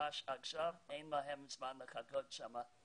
אין להם זמן לחכות שם.